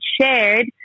shared